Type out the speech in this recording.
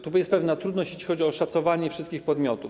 Tu jest pewna trudność, jeśli chodzi o szacowanie wszystkich podmiotów.